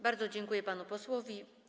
Bardzo dziękuję panu posłowi.